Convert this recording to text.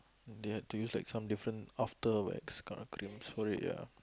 they had to use like some different after wax kind of cream sorry ya